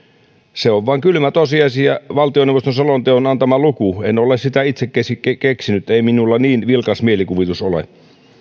se on vain kylmä tosiasia valtioneuvoston selonteon antama luku en ole sitä itse keksinyt ei minulla niin vilkas mielikuvitus ole